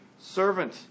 servant